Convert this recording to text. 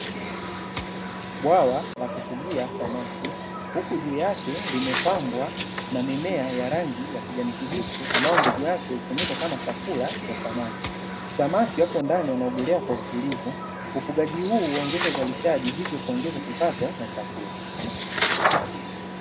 Bwawa na kufugia samaki huku juu yake limepambwa na mimea ya rangi ya kijani kibichi ambayo hutumika kama chakula cha samaki, samaki wapo ndani wanaogelea kwa utulivu ufugaji huu huongeza uzalishaji hivyo kuongeza kipato na chakula.